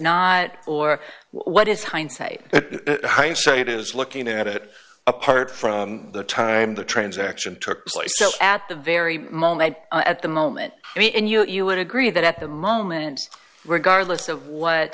not or what is hindsight hindsight is looking at it apart from the time the transaction took place at the very moment at the moment i mean you would agree that at the moment regardless of what